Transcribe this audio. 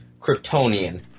Kryptonian